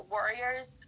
Warriors